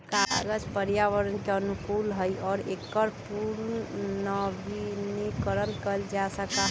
कागज पर्यावरण के अनुकूल हई और एकरा पुनर्नवीनीकरण कइल जा सका हई